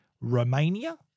Romania